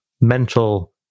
mental